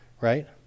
right